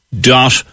dot